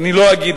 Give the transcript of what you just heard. אני לא אגיד,